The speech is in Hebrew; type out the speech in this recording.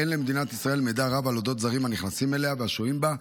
אין למדינת ישראל מידע רב על אודות זרים הנכנסים אליה והשוהים בה,